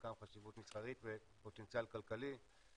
חלקן חשיבות מסחרית ופוטנציאל כלכלי.